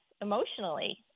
emotionally